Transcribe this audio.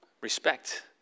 respect